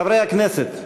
חברי הכנסת,